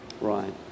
Right